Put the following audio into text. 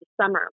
summer